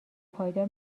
پایدار